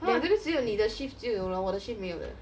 !huh! that means 只有你的 shift 就有我的 shift 没有的